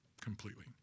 completely